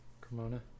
Cremona